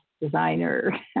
designer